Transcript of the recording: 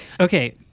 Okay